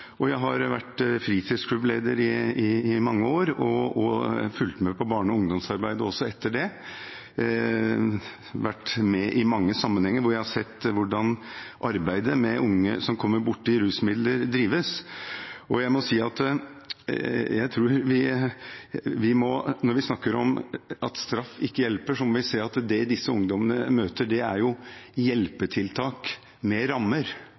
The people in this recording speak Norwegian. og jeg har vært fritidsklubbleder i mange år og fulgt med på barne- og ungdomsarbeid også etter det. Jeg har vært med i mange sammenhenger der jeg har sett hvordan arbeidet med unge som kommer borti rusmidler, drives. Når vi snakker om at straff ikke hjelper, må vi se at det disse ungdommene møter, er hjelpetiltak med rammer. De har individuelle oppfølgingsplaner – for noen hjelper det med bare en bekymringssamtale – det er